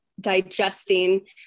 digesting